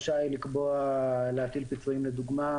שבעה ימים, אם אני זוכר נכון.